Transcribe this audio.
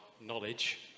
knowledge